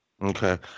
Okay